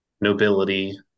nobility